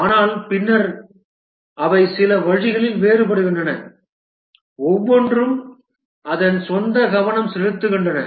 ஆனால் பின்னர் ஆனால் அவை சில வழிகளில் வேறுபடுகின்றன ஒவ்வொன்றும் அதன் சொந்த கவனம் செலுத்துகின்றன